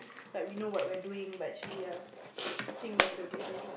like we know what we're doing but actually yeah think that's the difference lah